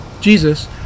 Jesus